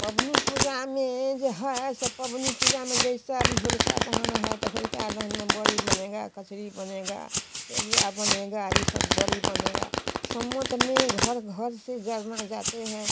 पबनी पूजा में जो है सो पबनी पूजा में जैसा भी होलिका दहन है तो होलिका दहन मे बड़ी बनेगा कचरी बनेगा पेजवा बनेगा इ सब बरी बनेगा सम्मत में घर घर से जरना जाते हैं